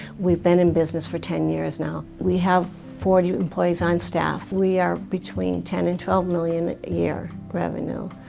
we've been in business for ten years now. we have forty employees on staff. we are between ten and twelve million a year revenue.